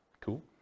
Cool